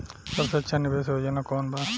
सबसे अच्छा निवेस योजना कोवन बा?